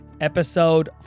episode